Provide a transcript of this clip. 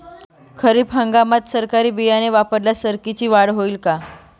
खरीप हंगामात सरकीचे बियाणे वापरल्यास सरकीची वाढ होईल का?